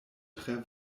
tre